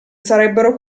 sarebbero